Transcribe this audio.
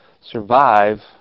survive